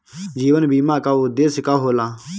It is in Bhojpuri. जीवन बीमा का उदेस्य का होला?